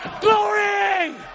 glory